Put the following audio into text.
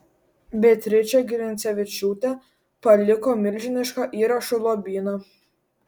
beatričė grincevičiūtė paliko milžinišką įrašų lobyną